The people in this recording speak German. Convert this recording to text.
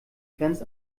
grenzt